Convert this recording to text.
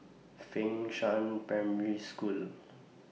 Fengshan Primary School